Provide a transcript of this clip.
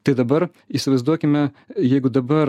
tai dabar įsivaizduokime jeigu dabar